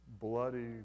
bloody